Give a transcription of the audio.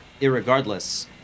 Irregardless